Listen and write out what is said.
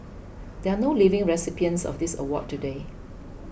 there are no living recipients of this award today